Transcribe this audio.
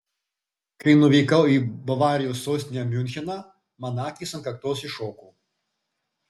kai nuvykau į bavarijos sostinę miuncheną man akys ant kaktos iššoko